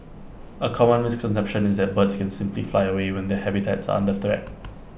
A common misconception is that birds can simply fly away when their habitats under threat